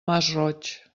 masroig